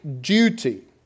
duty